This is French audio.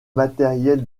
matériel